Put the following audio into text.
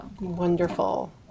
Wonderful